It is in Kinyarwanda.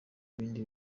ibindi